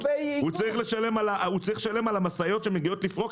הוא צריך לשלם על המשאיות שמגיעות לפרוק,